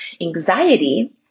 anxiety